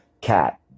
cat